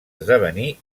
esdevenir